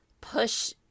push